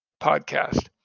podcast